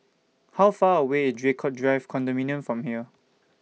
How Far away IS Draycott Drive Condominium from here